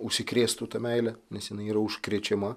užsikrėstų ta meile nes jinai yra užkrečiama